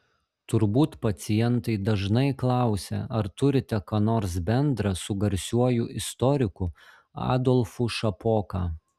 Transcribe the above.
turbūt pacientai dažnai klausia ar turite ką nors bendro su garsiuoju istoriku adolfu šapoka